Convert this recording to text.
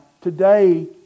today